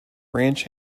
ranch